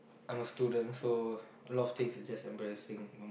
I'm a student so a lot of things just embarrassing